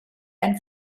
and